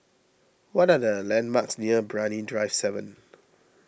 what are the landmarks near Brani Drive seven